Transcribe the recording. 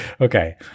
Okay